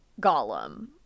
Gollum